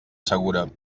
segura